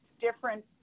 different